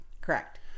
correct